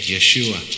Yeshua